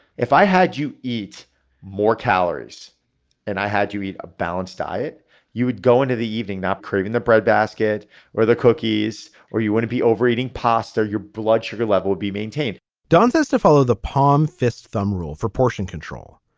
if i had you eat more calories and i had to eat a balanced diet you would go into the evening not craving the breadbasket or the cookies or you wouldn't be overeating past or your blood sugar level would be maintained don says to follow the palm fist thumb rule for portion control.